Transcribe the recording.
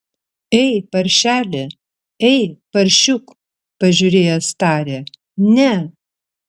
ei paršeli ei paršiuk pažiūrėjęs tarė ne